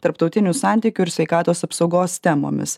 tarptautinių santykių ir sveikatos apsaugos temomis